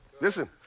Listen